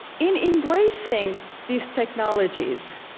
in embracing these technologies,